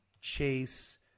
Chase